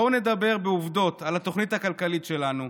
בואו נדבר בעובדות על התוכנית הכלכלית שלנו,